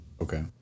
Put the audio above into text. Okay